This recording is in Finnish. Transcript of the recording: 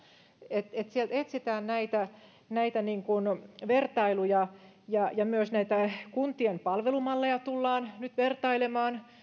vuotiaisiin sieltä etsitään näitä näitä vertailuja ja myös näitä kuntien palvelumalleja tullaan nyt vertailemaan